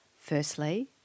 Firstly